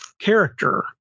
character